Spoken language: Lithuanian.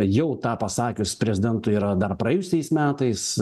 jau tą pasakius prezidentui yra dar praėjusiais metais